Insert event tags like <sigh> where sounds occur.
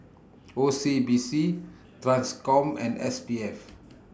O C B C TRANSCOM and S P F <noise>